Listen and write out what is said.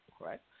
right